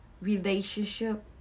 relationship